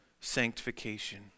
sanctification